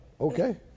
okay